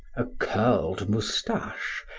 a curled mustache,